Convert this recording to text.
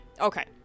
Okay